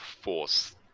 force